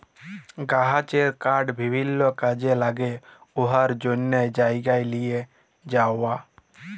গাহাচের কাঠ বিভিল্ল্য কাজে ল্যাগে উয়ার জ্যনহে জায়গায় লিঁয়ে যাউয়া